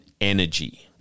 energy